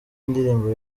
ndirimbo